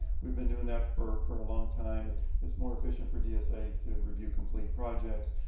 we've been doing that for for a long time. and it's more efficient for dsa to review complete projects.